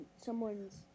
someone's